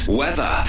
weather